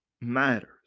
matters